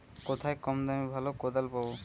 কোথায় কম দামে ভালো কোদাল পাব?